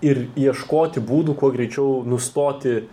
ir ieškoti būdų kuo greičiau nustoti